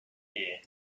here